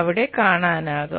അവിടെ കാണാനാകും